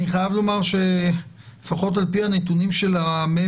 אני חייב לומר שלפחות על פי הנתונים של הממ"מ,